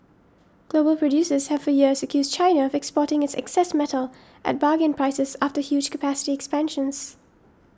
global producers have for years accused China of exporting its excess metal at bargain prices after huge capacity expansions